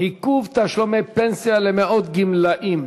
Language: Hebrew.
עיכוב תשלומי פנסיה למאות גמלאים,